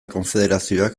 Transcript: konfederazioak